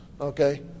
okay